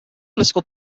political